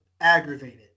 aggravated